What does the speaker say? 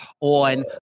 on